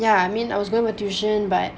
yeah I mean I was going to tuition but